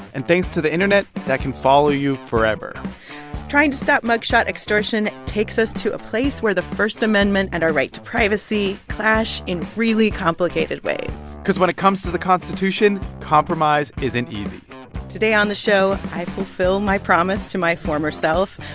and thanks to the internet, that can follow you forever trying to stop mug shot extortion takes us to a place where the first amendment and our right to privacy clash in really complicated ways because when it comes to the constitution, compromise isn't easy today on the show, i fulfill my promise to my former self.